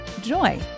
joy